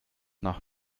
nach